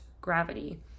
gravity